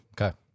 Okay